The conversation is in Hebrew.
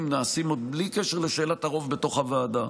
נעשים עוד בלי קשר לשאלת הרוב בתוך הוועדה,